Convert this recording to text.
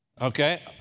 Okay